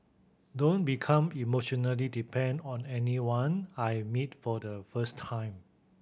don't become emotionally depend on anyone I meet for the first time